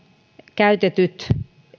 käytetyt